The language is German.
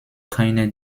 keiner